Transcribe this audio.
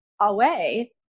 away